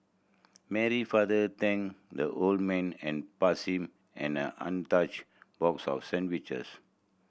Mary father thanked the old man and passed him and an untouched box of sandwiches